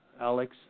Alex